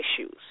issues